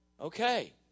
Okay